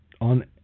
on